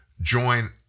join